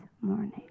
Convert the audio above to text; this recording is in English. morning